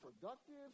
productive